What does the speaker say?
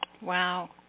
Wow